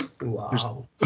Wow